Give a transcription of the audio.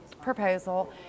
proposal